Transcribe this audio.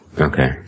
Okay